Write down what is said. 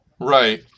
Right